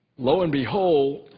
lo and behold,